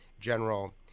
General